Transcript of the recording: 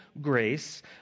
grace